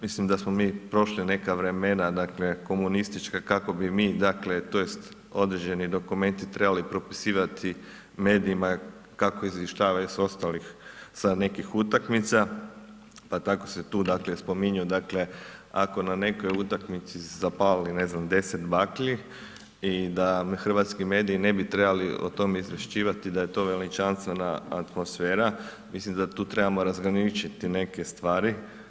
Mislim da smo mi prošli neka vremena dakle komunistička, kako bi mi dakle, tj. određeni dokumenti trebali propisivati medijima kako izvještavaju s ostalih sa nekih utakmica pa tako se tu dakle spominju dakle ako na nekoj utakmici zapali ne znam, 10 baklji i da hrvatski mediji ne bi trebali o tome izvješćivati, da je to veličanstvena atmosfera, mislim da tu trebamo razgraničiti neke stvari.